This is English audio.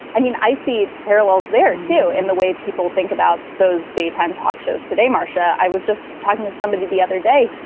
i mean, i see parallels there, too, in the way people think about those daytime talk shows today. marcia, i was just talking to somebody the other day,